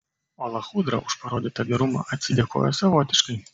o lachudra už parodytą gerumą atsidėkojo savotiškai